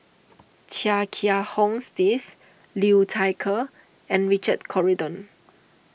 Chia Kiah Hong Steve Liu Thai Ker and Richard Corridon